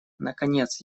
наконец